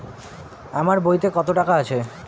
আমার বইতে কত টাকা আছে?